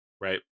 right